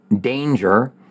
danger